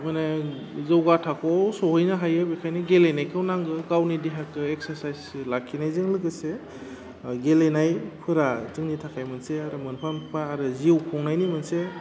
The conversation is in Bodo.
माने जौगा थाखोआव सहैनो हायो बेखायनो गेलेनायखो नांगो गावनि देहाखो एक्सासाइस लाखिनायजों लोगोसे गेलेनायफोरा जोंनि थाखाय मोनसे आरो मोनफा मोनफा आरो जिउ खुंनयानि मोनसे